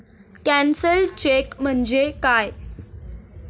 Cancelled cheque म्हणजे काय?